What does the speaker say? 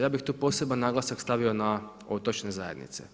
Ja bih tu poseban naglasak stavio na otočne zajednice.